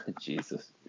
Jesus